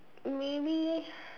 maybe